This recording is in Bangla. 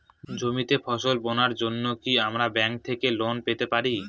জমিতে ফসল বোনার জন্য কি আমরা ব্যঙ্ক থেকে লোন পেতে পারি?